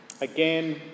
again